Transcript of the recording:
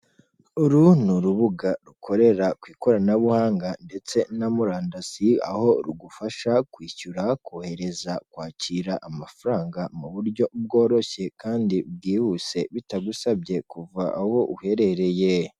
Uru ni urubuga rukorera ku ikoranabuhanga ndetse na murandasi aho rugufasha kwishyura, hakohereza, kwakira amafaranga mu buryo bworoshye kandi bwihuse bitagusabye kuva aho uherereye.